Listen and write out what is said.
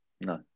No